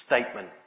statement